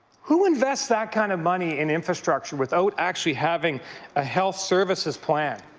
who invests that kind of money in infrastructure without actually having a health services plan?